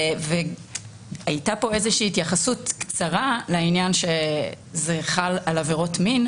הייתה פה התייחסות קצרה לכך שזה חל בעבירות מין,